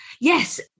yes